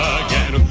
again